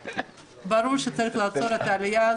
ברור שצריך לעצור את ההעלאה הזאת.